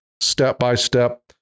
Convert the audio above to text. Step-by-step